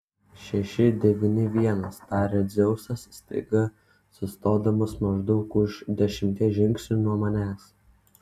šeši devyni vienas taria dzeusas staiga sustodamas maždaug už dešimties žingsnių nuo manęs